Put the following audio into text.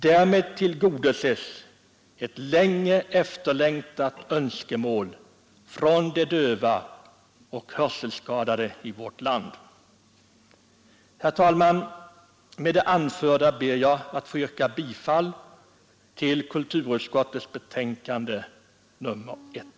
Därmed tillmötesgås ett länge närt önskemål från de döva och hörselskadade i vårt land. Herr talman! Med det anförda ber jag att få yrka bifall till kulturutskottets hemställan i betänkandet nr 1.